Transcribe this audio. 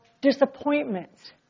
disappointments